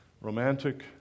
Romantic